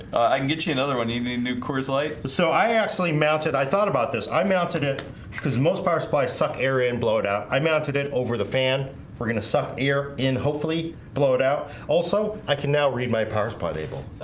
i can get you another one evening new coors light so i actually mounted. i thought about this i mounted it because most power supplies suck area and blow it out. i mounted it over the fan we're gonna suck ear in hopefully blow it out. also. i can now read my power spot able